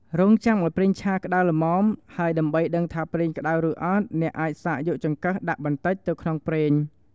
រង់ចាំឱ្យប្រេងឆាក្តៅល្មម ហើយដើម្បីដឹងថាប្រេងក្តៅឬអត់ អ្នកអាចសាកយកចង្កឹះដាក់បន្តិចទៅក្នុងប្រេង។